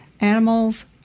Animals